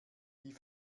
die